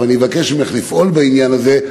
אבל אני מבקש ממך לפעול בעניין הזה.